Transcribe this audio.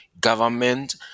government